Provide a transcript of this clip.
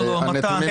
לא, לא, מתן.